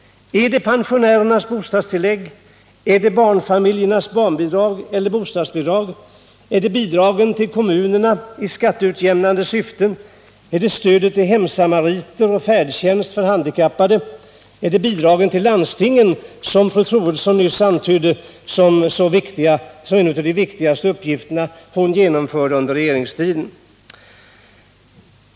Är det pensionärernas bostadstillägg? Är det barnfamiljernas barnbidrag? Eller bostadsbidrag? Är det bidraget till kommunerna i skatteutjämnande syfte? Är det stödet till hemsamariter och färdtjänst för handikappade? Är det bidragen till landstingen, som fru Troedsson nyss antydde var en av de viktigaste uppgifter som hon genomförde under sin regeringstid?